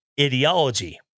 ideology